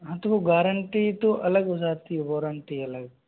हाँ तो गारंटी तो अलग हो जाती है वारंटी अलग